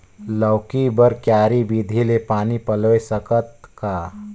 लौकी बर क्यारी विधि ले पानी पलोय सकत का?